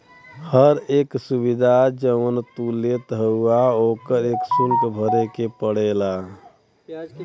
हर एक सुविधा जौन तू लेत हउवा ओकर एक सुल्क भरे के पड़ला